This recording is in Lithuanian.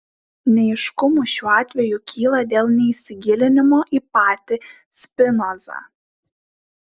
neaiškumų šiuo atveju kyla dėl neįsigilinimo į patį spinozą